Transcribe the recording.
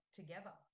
together